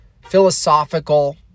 philosophical